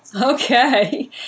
Okay